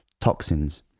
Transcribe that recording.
toxins